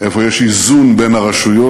איפה יש איזון בין הרשויות?